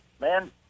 man